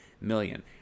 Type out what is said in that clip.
million